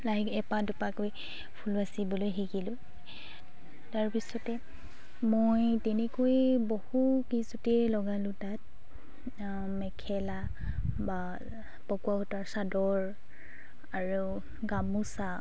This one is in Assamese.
লাহেকৈ এপাহ দুপাহকৈ ফুল বাচিবলৈ শিকিলোঁ তাৰপিছতে মই তেনেকৈ বহু কিছুতেই লগালোঁ তাঁত মেখেলা বা পকোৱা সূতাৰ চাদৰ আৰু গামোচা